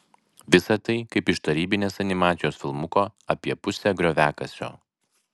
visa tai kaip iš tarybinės animacijos filmuko apie pusę grioviakasio